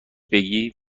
بگی